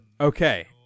Okay